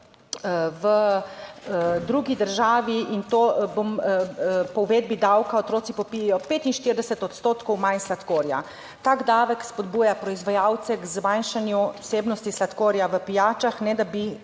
v drugi državi, in to bom po uvedbi davka, otroci popijejo 45 odstotkov manj sladkorja. Tak davek spodbuja proizvajalce k zmanjšanju vsebnosti sladkorja v pijačah, ne da bi